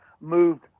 moved